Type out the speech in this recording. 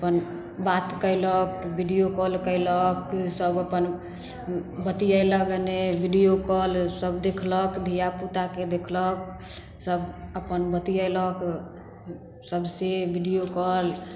अपन बात कएलक वीडिओ कॉल कएलक सभ अपन बतिएलक नहि वीडिओ कॉल सभ देखलक धिआपुताके देखलक सभ अपन बतिएलक सभसे वीडिओ कॉल